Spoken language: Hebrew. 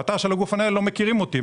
באתר של הגוף המנהל לא מכירים אותי,